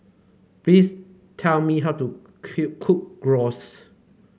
please tell me how to cook Gyros